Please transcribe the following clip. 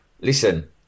listen